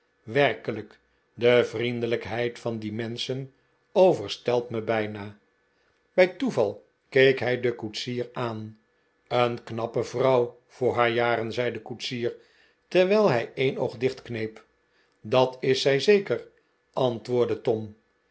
werkelijk de vriendelijkheid van die menschen overstelpt mij bijna bij toeval keek hij den koetsier aan een knappe vrouw voor haar jaren zei de koetsier terwijl hij een oog dichtkneep dat is zij zeker antwoordde tom